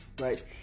right